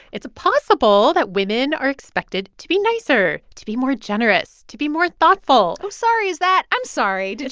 it's possible that women are expected to be nicer, to be more generous, to be more thoughtful oh, sorry. is that. i'm sorry. did